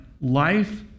life